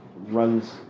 runs